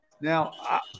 Now